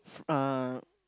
uh